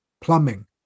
plumbing